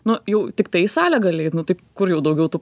nu jau tiktai į salę gali eit nu tai kur jau daugiau tu